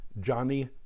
Johnny